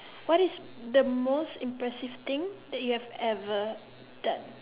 what is the most impressive thing that you have ever done